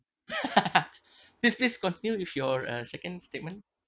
please please continue with your uh second statement